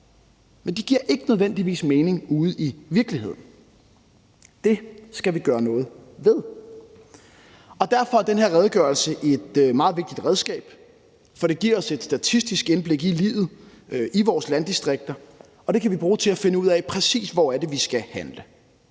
men de giver ikke nødvendigvis mening ude i virkeligheden. Det skal vi gøre noget ved. Der er den her redegørelse et meget vigtigt redskab. For den giver os et statistisk indblik i livet i vores landdistrikter, og det kan vi bruge til at finde ud af, præcis hvor vi skal handle.